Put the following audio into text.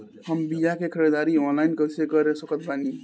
हम बीया के ख़रीदारी ऑनलाइन कैसे कर सकत बानी?